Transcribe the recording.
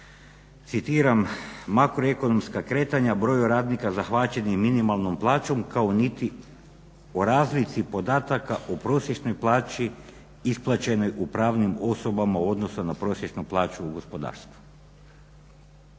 citiram "makroekonomska kretanja broju radnika zahvaćenim minimalnom plaćom kao niti o razlici podataka o prosječnoj plaći isplaćenoj u pravnim osobama u odnosu na prosječnu plaću u gospodarstvu".